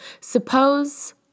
Suppose